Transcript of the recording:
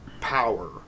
power